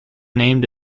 named